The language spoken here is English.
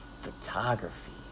photography